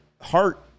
heart